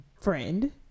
friend